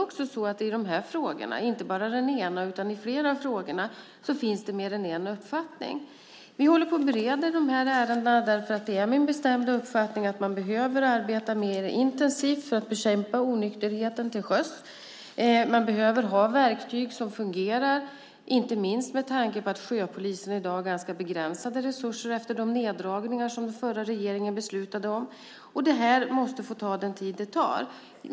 I flera av de här frågorna finns det mer än en uppfattning. Vi håller på och bereder de här ärendena därför att det är min bestämda uppfattning att man behöver arbeta mer intensivt för att bekämpa onykterheten till sjöss. Man behöver ha verktyg som fungerar, inte minst med tanke på att sjöpolisen i dag har ganska begränsade resurser efter de neddragningar som den förra regeringen beslutade om. Det här måste få ta den tid det tar.